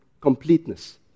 Completeness